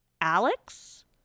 alex